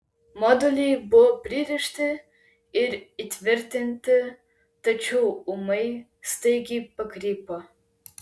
moduliai buvo pririšti ir įtvirtinti tačiau ūmai staigiai pakrypo